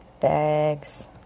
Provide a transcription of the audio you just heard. bags